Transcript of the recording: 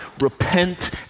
repent